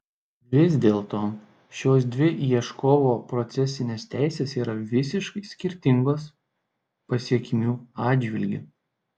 vis dėlto šios dvi ieškovo procesinės teisės yra visiškai skirtingos pasekmių atžvilgiu